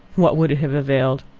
what would it have availed?